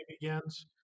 begins